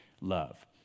love